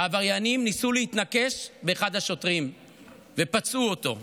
העבריינים ניסו להתנקש באחד השוטרים ופצעו אותו.